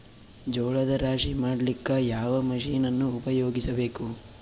ಜೋಳದ ರಾಶಿ ಮಾಡ್ಲಿಕ್ಕ ಯಾವ ಮಷೀನನ್ನು ಉಪಯೋಗಿಸಬೇಕು?